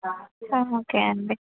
okay అండి